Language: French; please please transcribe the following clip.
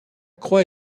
croix